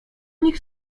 nich